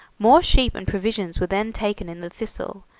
more sheep and provisions were then taken in the thistle,